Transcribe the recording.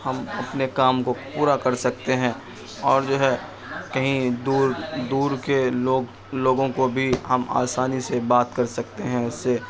ہم اپنے کام کو پورا کر سکتے ہیں اور جو ہے کہیں دور دور کے لوگ لوگوں کو بھی ہم آسانی سے بات کر سکتے ہیں اس سے